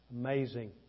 Amazing